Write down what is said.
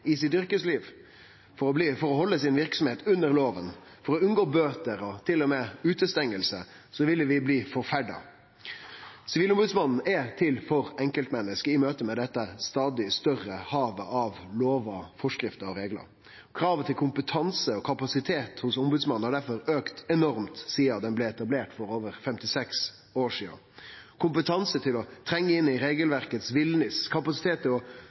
for å halde verksemda si under lova, for å unngå bøter og til og med utestenging, ville vi blitt forferda. Sivilombodsmannen er til for enkeltmenneske i møte med dette stadig større havet av lover, forskrifter og reglar. Kravet til kompetanse og kapasitet hos Ombodsmannen har derfor auka enormt sidan etableringa for over 56 år sidan – kompetanse til å trengje inn i villniset av regelverk, kapasitet til faktisk å ta enkeltmennesket på alvor og